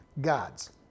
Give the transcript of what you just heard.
gods